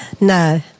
no